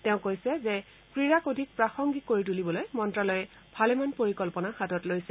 তেওঁ কৈছে যে ক্ৰীড়াক অধিক প্ৰাসঙ্গিক কৰি তুলিবলৈ মন্ত্ৰালয়ে ভালেমান পৰিকল্পনা হাতত লৈছে